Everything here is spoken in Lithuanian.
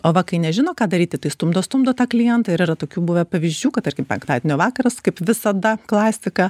o va kai nežino ką daryti tai stumdo stumdo tą klientą ir yra tokių buvę pavyzdžių kad tarkim penktadienio vakaras kaip visada klasika